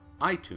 iTunes